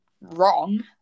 wrong